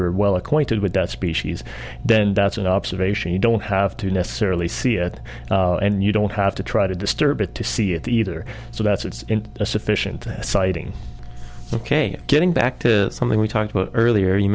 were well acquainted with that species then that's an observation you don't have to necessarily see it and you don't have to try to disturb it to see it either so that's it's a sufficient sighting ok getting back to something we talked about earlier you